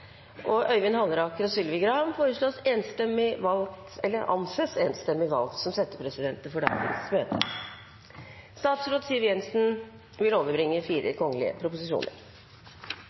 og Øyvind Halleraker. – Andre forslag foreligger ikke, og Sylvi Graham og Øyvind Halleraker anses enstemmig valgt som settepresidenter for dagens møte. Representanten Une Aina Bastholm vil